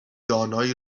دانایی